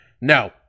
No